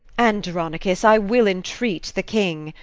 andronicus, i will entreat the king.